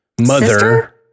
mother